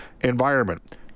environment